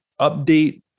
update